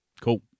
Cool